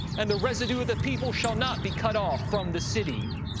and the residue of the people shall not be cut off from the city.